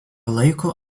laiko